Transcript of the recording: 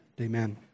Amen